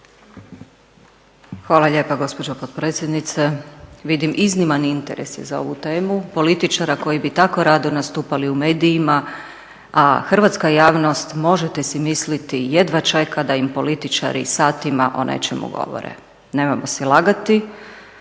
Hvala lijepa gospođo potpredsjednice. Vidim izniman interes je za ovu temu političara koji bi tako rado nastupali u medijima, a hrvatska javnost možete si misliti jedva čeka da im političari satima o nečemu govore. Nemojmo si lagati,